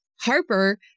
Harper